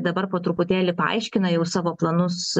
dabar po truputėlį paaiškina jau savo planus